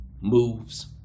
moves